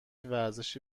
ورزشی